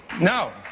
No